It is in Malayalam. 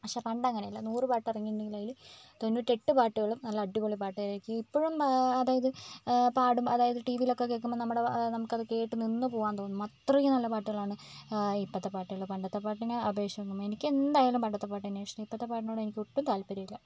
പക്ഷേ പണ്ട് അങ്ങനെയല്ല നൂറ് പാട്ട് ഇറങ്ങിയിട്ടുണ്ടെങ്കിൽ അതിൽ തൊണ്ണൂറ്റിയെട്ട് പാട്ടുകളും നല്ല അടിപൊളി പാട്ടായിരിക്കും ഇപ്പോഴും അതായത് പാടുമ്പം അതായത് ടി വിയിലൊക്കെ കേൾക്കുമ്പം നമുക്കത് കേട്ട് നിന്ന് പോവാൻ തോന്നും അത്രയ്ക്ക് നല്ല പാട്ടുകളാണ് ഇപ്പോഴത്തെ പാട്ടുകൾ പണ്ടത്തെ പാട്ടുകളെ അപേക്ഷിച്ച് നോക്കുമ്പം എനിക്കെന്തായാലും പണ്ടത്തെ പാട്ട് തന്നെയാണ് ഇഷ്ടം ഇപ്പോഴത്തെ പാട്ടിനോട് എനിക്കൊട്ടും താല്പര്യമില്ലാ